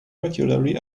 regularly